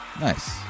nice